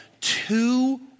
two